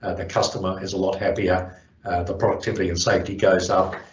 ah the customer is a lot happier the productivity and safety goes up,